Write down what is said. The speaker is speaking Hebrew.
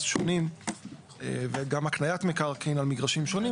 שונים וגם הקניית מקרקעין על מגרשים שונים.